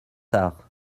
tard